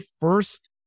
first